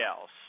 else